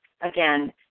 again